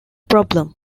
problem